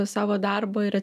savo darbo ir